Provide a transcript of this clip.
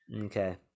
Okay